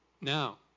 Now